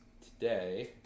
today